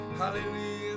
hallelujah